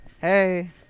Hey